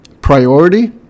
priority